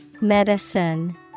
Medicine